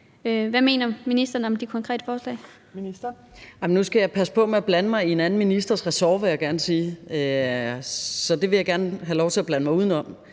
undervisningsministeren (Pernille Rosenkrantz-Theil): Nu skal jeg passe på med at blande mig i en anden ministers ressort, vil jeg gerne sige; så det vil jeg gerne have lov til at blande mig udenom.